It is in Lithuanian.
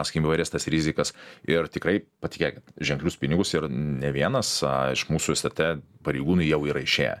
sakykim įvairias tas rizikas ir tikrai patikėkit ženklius pinigus ir ne vienas iš mūsų stt pareigūnai jau yra išėję